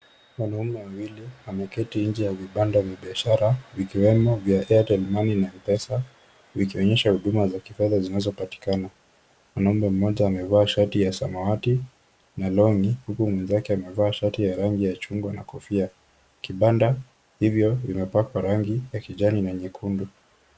Wanaume wawili wameketi nje ya vibanda vya biashara vikiwemo vya Airtel money na Mpesa vikionyesha huduma za kipesa zinazopatikana. Mwanaume mmoja amevaa shati ya samawati na longi huku mwenzake amevaa shati ya rangi ya chungwa na kofia. Kibanda hivyo vimepakwa rangi ya kijani na nyekundu.